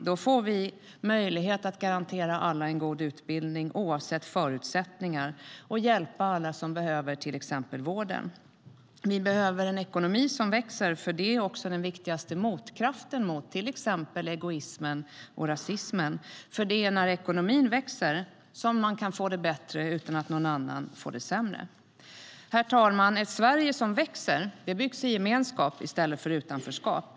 Då får vi möjlighet att garantera alla en god utbildning oavsett förutsättningar och kan hjälpa alla som behöver exempelvis vård. Vi behöver en ekonomi som växer, för det är den viktigaste motkraften till bland annat egoismen och rasismen. Det är när ekonomin växer som man kan få det bättre utan att någon annan får det sämre. Herr talman! Ett Sverige som växer byggs i gemenskap i stället för utanförskap.